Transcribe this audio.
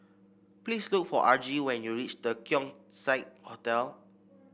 please look for Argie when you reach The Keong Saik Hotel